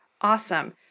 Awesome